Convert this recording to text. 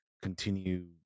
Continue